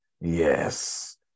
Yes